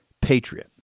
Patriot